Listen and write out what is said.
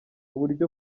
buryo